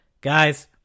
Guys